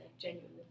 genuinely